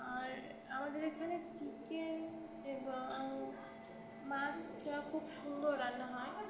আর আমাদের এখানে চিকেন এবং মাছটা খুব সুন্দর রান্না হয়